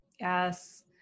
Yes